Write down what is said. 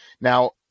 Now